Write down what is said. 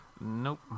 Nope